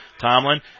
Tomlin